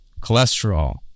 cholesterol